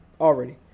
already